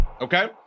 okay